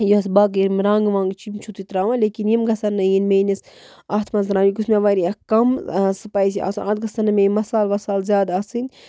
یۄس باقٕے یِم رَنٛگ وَنٛگ چھِ یِم چھُو تُہۍ ترٛاوان لیکِن یِم گژھَن نہٕ یِنۍ میٛٲنِس اَتھ منٛز ترٛاونہٕ یہِ گوٚژھ مےٚ واریاہ کَم سٕپایسی آسُن اَتھ گژھَن نہٕ مےٚ یِم مصالہٕ وصالہٕ زیادٕ آسٕنۍ